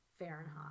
Fahrenheit